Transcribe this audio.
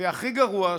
והכי גרוע,